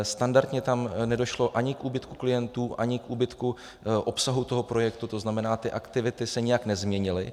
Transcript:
Standardně tam nedošlo ani k úbytku klientů, ani k úbytku obsahu toho projektu, to znamená, ty aktivity se nijak nezměnily.